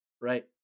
right